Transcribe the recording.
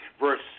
verse